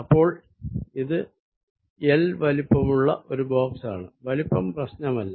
അപ്പോൾ ഇത് L വലിപ്പമുള്ള ഒരു ബോക്സ് ആണ് വലിപ്പം പ്രശ്നമല്ല